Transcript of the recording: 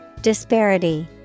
Disparity